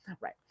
right